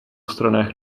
stranách